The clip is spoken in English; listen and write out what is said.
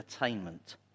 attainment